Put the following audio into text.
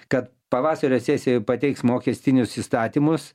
kad pavasario sesijoj pateiks mokestinius įstatymus